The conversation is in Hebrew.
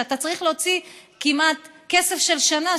שאתה צריך להוציא כמעט כסף של שנה,